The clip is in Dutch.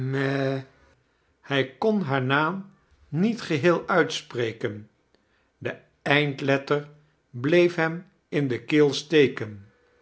hij kon haar naam niet geheel uitspreken de eindletter bleef hem in de keel steken